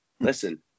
listen